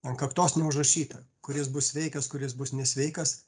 ant kaktos neužrašyta kuris bus sveikas kuris bus nesveikas